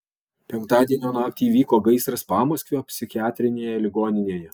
penktadienio naktį įvyko gaisras pamaskvio psichiatrinėje ligoninėje